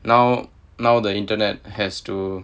now now the internet has to